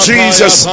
Jesus